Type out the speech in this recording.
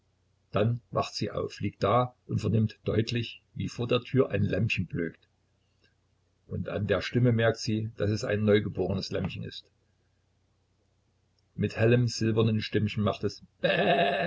dann wacht sie auf liegt da und vernimmt deutlich wie vor der tür ein lämmchen blökt und an der stimme merkt sie daß es ein neugeborenes lämmchen ist mit hellem silbernen stimmchen macht es